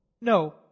No